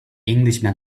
englishman